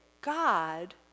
God